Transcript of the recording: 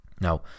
Now